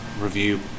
review